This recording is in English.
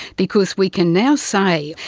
because we can now say,